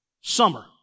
summer